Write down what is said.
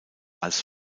als